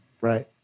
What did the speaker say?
Right